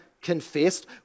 confessed